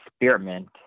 experiment